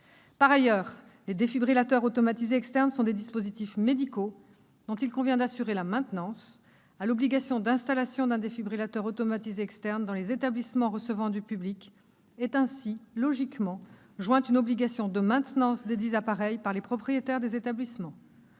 Par ailleurs, les défibrillateurs automatisés externes sont des dispositifs médicaux dont il convient d'assurer la maintenance. À l'obligation d'installation d'un défibrillateur automatisé externe dans les établissements recevant du public est ainsi logiquement jointe une obligation de maintenance desdits appareils par les propriétaires des établissements.